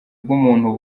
bw’umuntu